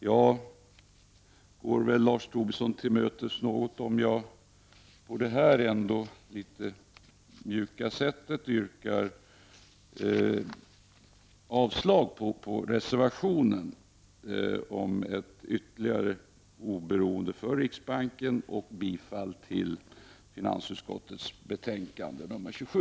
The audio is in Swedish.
Jag går väl Lars Tobisson något till mötes om jag på det här litet mjuka sättet yrkar avslag på reservationen om ett ytterligare oberoende för riksbanken och bifall till finansutskottets hemställan i betänkande nr 27.